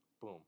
Boom